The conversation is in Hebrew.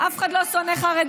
אף אחד לא שונא חרדים.